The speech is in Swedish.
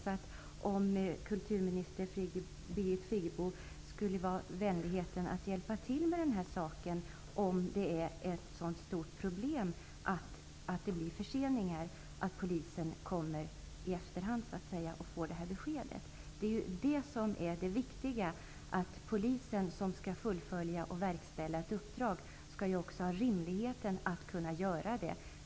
Jag undrar om kulturminister Birgit Friggebo skulle ha vänligheten att hjälpa till med den här saken om det är ett så stort problem att det blir förseningar så att polisen får beskedet ''i efterhand''. Det viktiga är att polisen som skall fullfölja och verkställa ett uppdrag skall ha rimliga möjligheter att göra det.